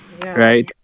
right